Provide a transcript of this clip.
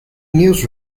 news